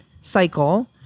cycle